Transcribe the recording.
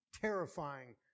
Terrifying